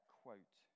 quote